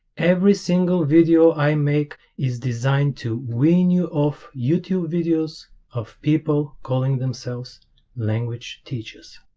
every single video i make is designed to wean you off youtube videos of people calling themselves language teachers